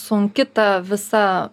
sunki ta visa